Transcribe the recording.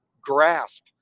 grasp